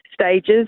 stages